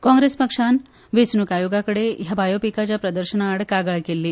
काँग्रेस पक्षान वेचणुक आयोगाकडेन ह्या बायोपिकाच्या प्रदर्शना आड कागाळ केल्ली